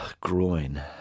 groin